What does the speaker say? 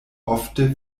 ofte